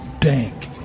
dank